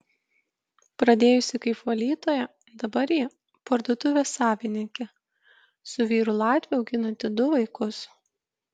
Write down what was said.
pradėjusi kaip valytoja dabar ji parduotuvės savininkė su vyru latviu auginanti du vaikus